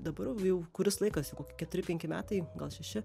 dabar jau kuris laikas jau kokie keturi penki metai gal šeši